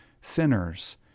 sinners